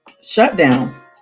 shutdown